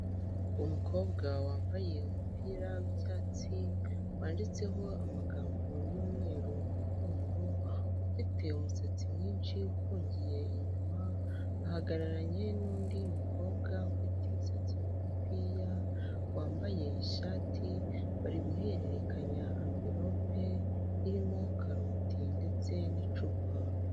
Umukobwa wambaye umupira w'icyatsi wanditseho amagambo y'umweruru mu mugongo ufite umusatsi mwinshi ufungiye inyuma, ahagararanye n'undi mukobwa ufite imisatsi migufi ya wambaye ishati bari guhererekanya amvilope irimo karoti ndetse n'icupa.